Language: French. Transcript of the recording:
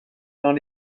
dans